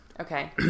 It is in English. Okay